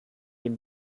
dem